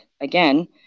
Again